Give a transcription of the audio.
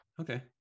Okay